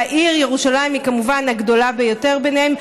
והעיר ירושלים היא כמובן הגדולה ביותר ביניהן.